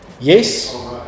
yes